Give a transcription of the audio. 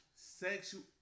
Sexual